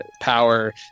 power